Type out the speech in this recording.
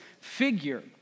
figure